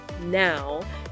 now